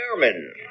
chairman